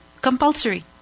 compulsory